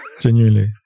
Genuinely